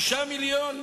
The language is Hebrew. האוצר,